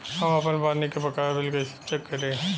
हम आपन पानी के बकाया बिल कईसे चेक करी?